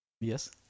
Yes